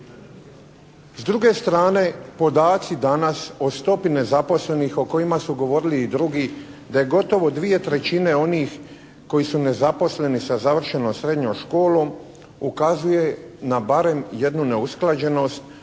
S druge strane podaci danas o stopi nezaposlenih o kojima su govorili i drugi, da je gotovo dvije trećine onih koji su nezaposleni sa završenom srednjom školom ukazuje na barem jednu neusklađenost,